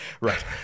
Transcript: Right